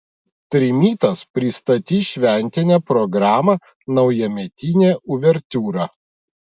trimitas pristatys šventinę programą naujametinė uvertiūra